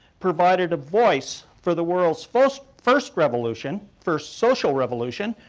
provided a voice for the world's first first revolution, first social revolution,